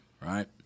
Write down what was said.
right